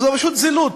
זה פשוט זילות.